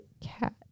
Cat